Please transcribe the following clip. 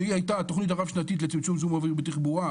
והיא הייתה התוכנית הרב-שנתית לצמצום זיהום אוויר מתחבורה,